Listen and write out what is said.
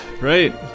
right